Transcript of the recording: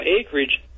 acreage